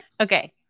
Okay